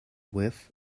with